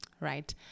right